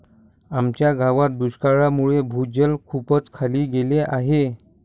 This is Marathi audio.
आमच्या गावात दुष्काळामुळे भूजल खूपच खाली गेले आहे